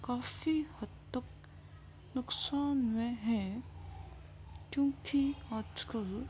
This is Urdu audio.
کافی حد تک نقصان میں ہیں کیونکہ آج کل